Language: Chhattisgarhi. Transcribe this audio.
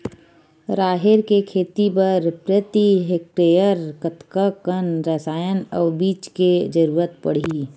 राहेर के खेती बर प्रति हेक्टेयर कतका कन रसायन अउ बीज के जरूरत पड़ही?